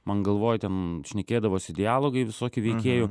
man galvoj ten šnekėdavosi dialogai visokie veikėjų